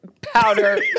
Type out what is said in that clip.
powder